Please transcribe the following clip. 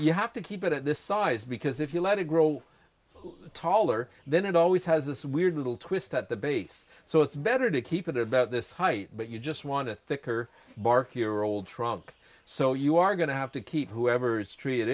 you have to keep it at this size because if you let it grow taller then it always has this weird little twist at the base so it's better to keep it about this height but you just want to her bark your old trunk so you are going to have to keep whoever's tree it